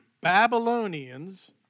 Babylonians